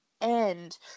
end